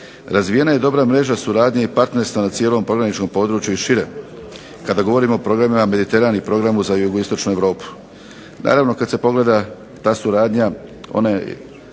Razvijena je dobra mreža suradnje i partnerstva na cijelom pograničnom području i šire, kada govorimo o programima Mediteran i programu za Jugoistočnu Europu. Naravno kad se pogleda ta suradnja ona je